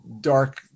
dark